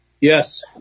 Yes